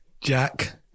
Jack